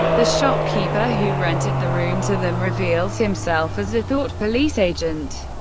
the shopkeeper who rented the room to them, reveals himself as a thought police agent.